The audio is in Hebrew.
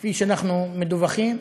כפי שאנחנו מדווחים.